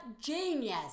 genius